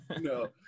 no